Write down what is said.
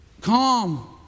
Calm